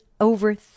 over